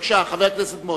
חבר הכנסת מוזס.